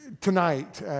Tonight